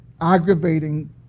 aggravating